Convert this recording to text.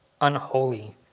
unholy